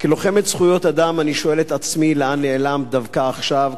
כלוחמת זכויות אדם אני שואל את עצמי לאן נעלמת דווקא עכשיו,